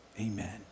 amen